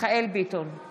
מיכאל מרדכי ביטון,